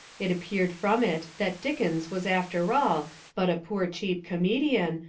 it appeared from it that dick ens was after all but a poor cheap comedian,